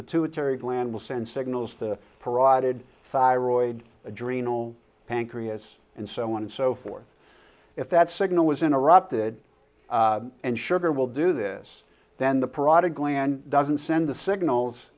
pituitary gland will send signals to parotid thyroid adrenal pancreas and so on and so forth if that signal was interrupted and sugar will do this then the parotid gland doesn't send the signals